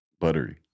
Buttery